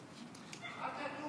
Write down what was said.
הספר עם ההקדשה.